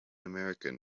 american